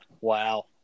Wow